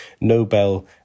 Nobel